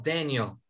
Daniel